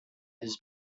his